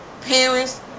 parents